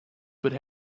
would